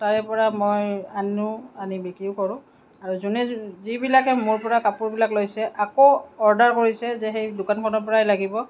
তাৰে পৰা মই আনো আৰু আনি বিক্ৰিও কৰোঁ আৰু যোনে যিবিলাকে মোৰ পৰা কাপোৰবিলাক লৈছে আকৌ অৰ্ডাৰ কৰিছে যে সেই দোকানখনৰ পৰাই লাগিব